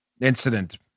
incident